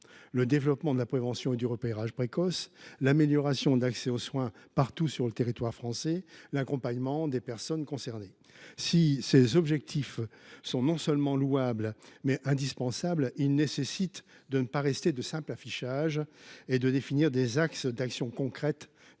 le développement de la prévention et du repérage précoce ; l’amélioration de l’accès aux soins partout sur le territoire français ; et l’accompagnement des personnes concernées. Ces objectifs sont non seulement louables, mais indispensables. Il convient néanmoins de ne pas rester dans l’affichage et de les traduire par des actions concrètes.